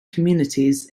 communities